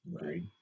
Right